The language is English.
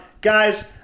Guys